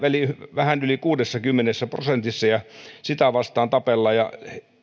vähän yli kuudessakymmenessä prosentissa ja sitä vastaan tapellaan ja